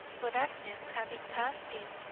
but agnes having passed in,